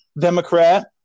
Democrat